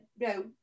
no